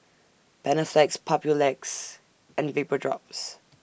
Panaflex Papulex and Vapodrops